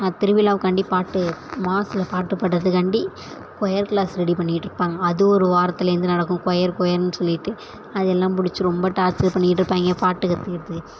நான் திருவிழாவுக்காண்டி பாட்டு மாஸில் பாட்டு பாடுறதுக்காண்டி கொயர் க்ளாஸ் ரெடி பண்ணிட்டுருப்பாங்க அது ஒரு வாரத்துலேருந்து நடக்கும் கொயர் கொயருனு சொல்லிட்டு அது எல்லாம் பிடிச்சி ரொம்ப டார்ச்சர் பண்ணிக்கிட்டு இருப்பாங்க பாட்டு கத்துக்கிறத்துக்கு